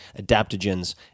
adaptogens